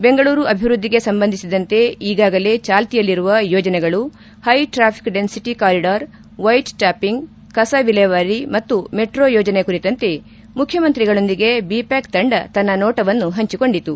ಬೆಂಗಳೂರು ಅಭಿವೃದ್ದಿಗೆ ಸಂಬಂಧಿಸಿದಂತೆ ಈಗಾಗಲೇ ಚಾಲ್ತಿಯಲ್ಲಿರುವ ಯೋಜನೆಗಳು high traffic density corridor white topping ಕಸ ವಿಲೇವಾರಿ ಮತ್ತು ಮೆಟ್ರೋ ಯೋಜನೆ ಕುರಿತಂತೆ ಮುಖ್ಣಮಂತ್ರಿಗಳೊಂದಿಗೆ ಬಿ ಪ್ಲಾಕ್ ತಂಡ ತನ್ನ ನೋಟವನ್ನು ಹಂಚಿಕೊಂಡಿತು